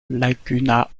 laguna